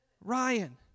Ryan